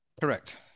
Correct